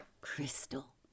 crystal